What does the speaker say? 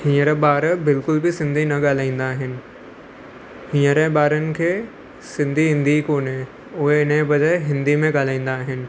हींअर ॿार बिल्कुलु बि सिंधी न ॻाल्हाईंदा आहिनि हीअंर ॿारनि खे सिंधी ईंदी कोन्हे उहे इनजे बजाए हिंदी में ॻाल्हाईंदा आहिनि